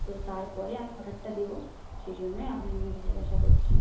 তো তার পরে আমি অর্ডারটা দেবো সেই জন্যই আমি আপনাকে জিজ্ঞাসা করছি